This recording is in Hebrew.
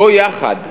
בוא יחד,